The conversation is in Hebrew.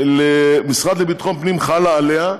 למשרד לביטחון פנים חלה עליה,